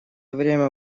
время